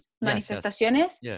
manifestaciones